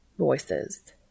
Voices